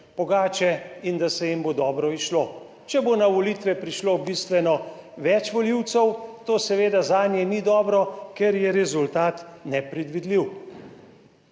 in da se jim bo dobro izšlo. Če bo na volitve prišlo bistveno več volivcev, to seveda zanje ni dobro, ker je rezultat nepredvidljiv.